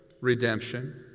redemption